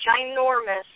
ginormous